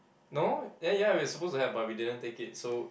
no then ya we were supposed to have but we didn't take it so